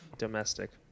domestic